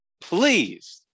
please